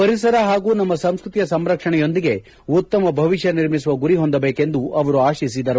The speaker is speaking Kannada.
ಪರಿಸರ ಹಾಗೂ ನಮ್ಮ ಸಂಸ್ಕತಿಯ ಸಂರಕ್ಷಣೆಯೊಂದಿಗೆ ಉತ್ತಮ ಭವಿಷ್ಣ ನಿರ್ಮಿಸುವ ಗುರಿ ಹೊಂದಬೇಕೆಂದು ಅವರು ಆಶಿಸಿದರು